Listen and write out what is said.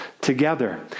together